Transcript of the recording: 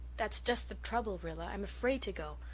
that's just the trouble. rilla, i'm afraid to go.